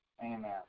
amen